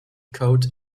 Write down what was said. coat